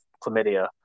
chlamydia